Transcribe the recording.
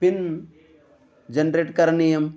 PIN generate करणीयम्